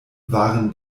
waren